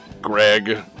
Greg